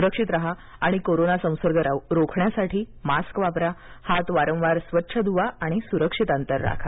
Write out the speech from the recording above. सुरक्षित राहा आणि कोरोना संसर्ग रोखण्यासाठी मास्क वापरा हात वारंवार स्वच्छ धुवा सुरक्षित अंतर ठेवा